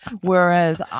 whereas